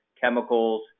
chemicals